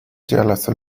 جلسه